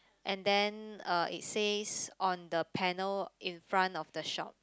and then uh it says on the panel in front of the shop